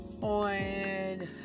on